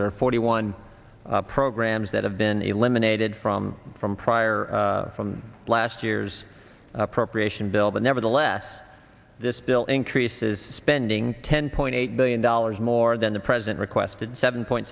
are forty one programs that have been eliminated from from prior from last year's appropriation bill but nevertheless this bill increases spending ten point eight billion dollars more than the president requested seven point